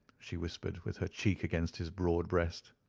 she whispered, with her cheek against his broad breast.